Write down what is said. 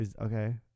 Okay